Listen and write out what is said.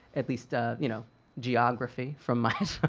at least ah you know geography from me.